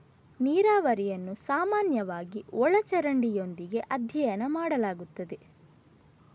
ನೀರಾವರಿಯನ್ನು ಸಾಮಾನ್ಯವಾಗಿ ಒಳ ಚರಂಡಿಯೊಂದಿಗೆ ಅಧ್ಯಯನ ಮಾಡಲಾಗುತ್ತದೆ